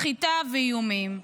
סחיטה ואיומים.